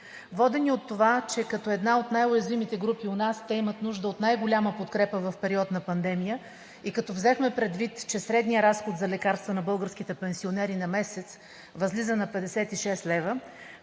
Водени от това, че като една от най-уязвимите групи у нас те имат нужда от най-голяма подкрепа в период на пандемия, и като взехме предвид, че средният разход за лекарства на българските пенсионери на месец възлиза на 56 лв.,